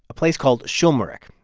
a place called schulmerich.